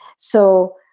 so